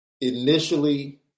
initially